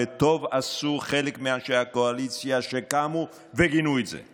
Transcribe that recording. וטוב עשו חלק מאנשי הקואליציה שקמו וגינו את זה.